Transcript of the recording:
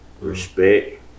respect